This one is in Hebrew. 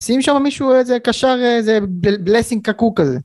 שים שמה מישהו איזה קשר איזה בלסינג קקו כזה